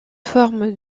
forme